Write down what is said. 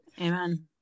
Amen